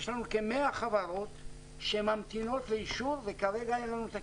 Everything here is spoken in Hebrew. יש לנו כ-100 חברות שממתינות לאישור וכרגע אין לנו תקציב.